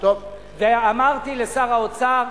ואמרתי לשר האוצר,